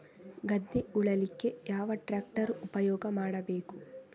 ಗದ್ದೆ ಉಳಲಿಕ್ಕೆ ಯಾವ ಟ್ರ್ಯಾಕ್ಟರ್ ಉಪಯೋಗ ಮಾಡಬೇಕು?